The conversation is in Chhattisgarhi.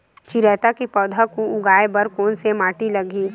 चिरैता के पौधा को उगाए बर कोन से माटी लगही?